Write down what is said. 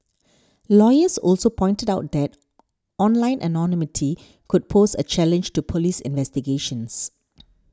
lawyers also pointed out that online anonymity could pose a challenge to police investigations